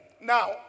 Now